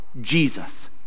Jesus